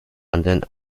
anderen